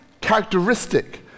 characteristic